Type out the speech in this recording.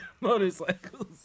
motorcycles